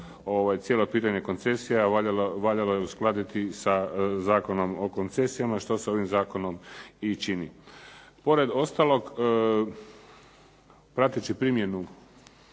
cijelo pitanje koncesija valjalo je uskladiti sa Zakonom o koncesijama što se ovim zakonom i čini. Pored ostalog prateći primjenu